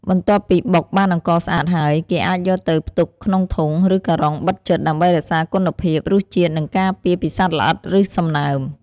បន្ទាប់ពីបុកបានអង្ករស្អាតហើយ គេអាចយកទៅផ្ទុកក្នុងធុង ឬការ៉ុងបិទជិត ដើម្បីរក្សាគុណភាព រសជាតិ និងការពារពីសត្វល្អិត ឬសំណើម។